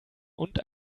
und